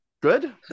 Good